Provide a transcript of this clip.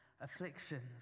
afflictions